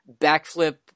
backflip